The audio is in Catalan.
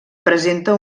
presenta